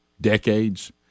decades